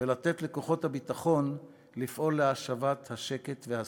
ולתת לכוחות הביטחון לפעול להשבת השקט והסדר.